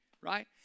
right